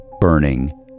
burning